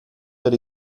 per